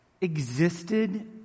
existed